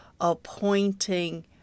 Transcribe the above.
appointing